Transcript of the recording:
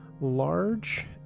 large